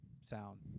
sound